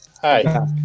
Hi